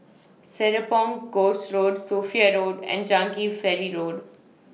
Serapong Course Road Sophia Road and Changi Ferry Road